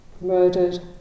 murdered